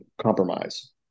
compromise